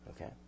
Okay